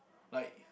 like